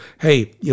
hey